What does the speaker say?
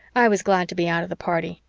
i was glad to be out of the party.